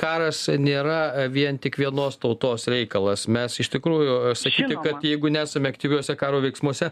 karas nėra vien tik vienos tautos reikalas mes iš tikrųjų sakyti kad jeigu nesame aktyviuose karo veiksmuose